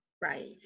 Right